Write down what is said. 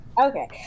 Okay